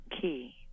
key